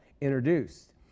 introduced